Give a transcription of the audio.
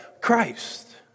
Christ